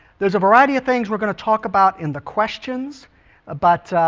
there's a variety of things we're going to talk about in the questions but